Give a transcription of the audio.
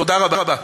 תודה רבה.